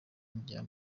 njya